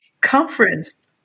conference